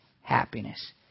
happiness